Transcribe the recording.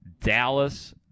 Dallas